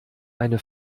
eine